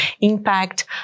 impact